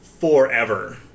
forever